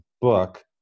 book